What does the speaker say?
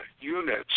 units